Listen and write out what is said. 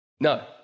No